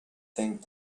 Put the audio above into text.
think